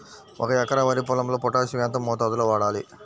ఒక ఎకరా వరి పొలంలో పోటాషియం ఎంత మోతాదులో వాడాలి?